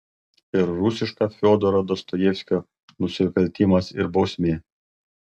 ir rusiška fiodoro dostojevskio nusikaltimas ir bausmė